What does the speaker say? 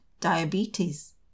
diabetes